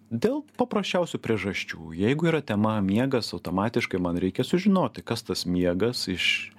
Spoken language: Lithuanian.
dėl paprasčiausių priežasčių jeigu yra tema miegas automatiškai man reikia sužinoti kas tas miegas iš